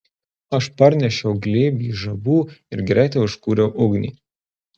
aš parnešiau glėbį žabų ir greitai užkūriau ugnį